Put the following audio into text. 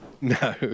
No